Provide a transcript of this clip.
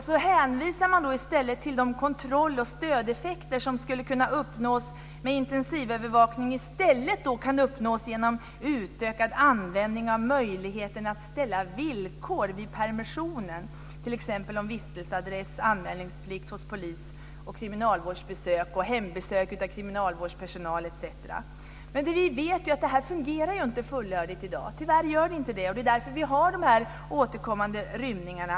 Så säger man att de kontroll och stödeffekter som skulle kunna uppnås med intensivövervakning i stället kan uppnås genom utökad användning av möjligheten att ställa villkor vid permissionen, t.ex. vistelseadress, anmälningsplikt hos polis, kriminalvårdsbesök och hembesök av kriminalvårdspersonal. Men vi vet ju att det här inte fungerar fullödigt i dag. Tyvärr gör det inte det. Det är därför vi har de här återkommande rymningarna.